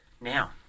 Now